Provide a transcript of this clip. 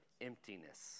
emptiness